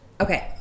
Okay